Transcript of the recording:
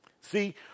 See